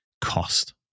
cost